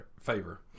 favor